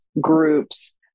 groups